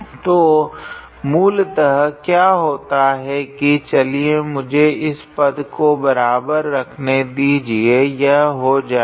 तो मूलतः क्या होता है की चलिए मुझे इस पद को बराबर रखने दीजिए यह हो जाएगी